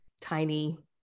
tiny